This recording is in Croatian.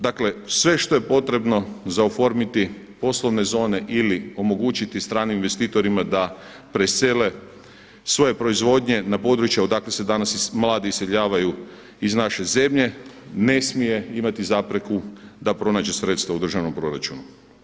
Dakle, sve što je potrebno za oformiti poslovne zone ili omogućiti stranim investitorima da presele svoje proizvodnje na područje odakle se danas mladi iseljavaju iz naše zemlje ne smije imati zapreku da pronađe sredstva u državnom proračunu.